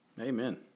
Amen